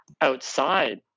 outside